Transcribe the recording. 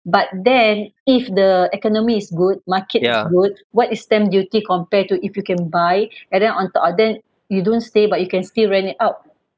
but then if the economy is good market is good what is stamp duty compare to if you can buy and then on top of that you don't stay but you can still rent it out